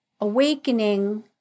awakening